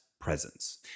presence